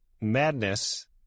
madness